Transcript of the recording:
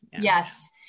Yes